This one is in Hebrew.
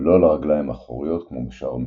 ולא על הרגליים האחוריות כמו בשאר המשפחות.